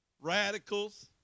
radicals